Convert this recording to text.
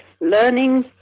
learning